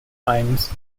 mines